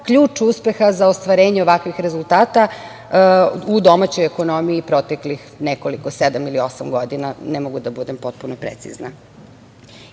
ključ uspeha za ostvarenje ovakvih rezultata u domaćoj ekonomiji proteklih nekoliko sedam ili osam godina, ne mogu da budem potpuno precizna. Iako